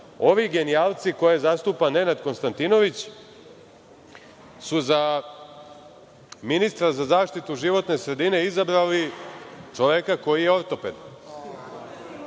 Ovi genijalci koje zastupa Nenad Konstantinović su za ministra za zaštitu životne sredine izabrali čoveka koji je ortoped,